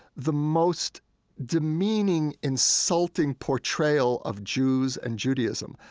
the most demeaning, insulting portrayal of jews and judaism.